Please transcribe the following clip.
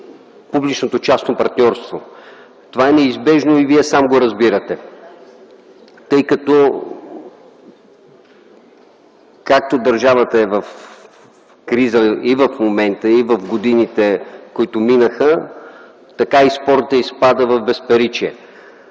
публичното частно партньорство. Това е неизбежно и Вие сам го разбирате, тъй като както държавата е в криза в момента и в годините, които минаха, така и спортът изпада в безпаричие.